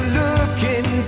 looking